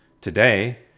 Today